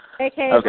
Okay